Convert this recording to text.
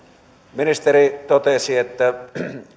ministeri totesi että